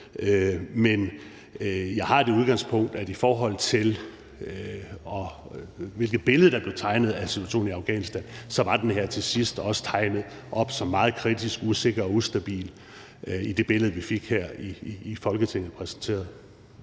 men jeg har det udgangspunkt, at i forhold til hvilket billede der blev tegnet af situationen i Afghanistan, så var den her til sidst også tegnet op som meget kritisk, usikker og ustabil i det billede, vi fik præsenteret